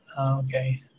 Okay